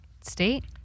state